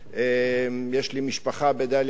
יש לי משפחה בדאלית-אל-כרמל,